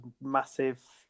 massive